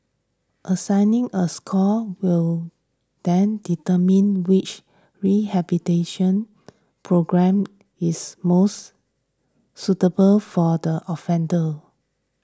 assigning a score will then determine which rehabilitation programme is most suitable for the offender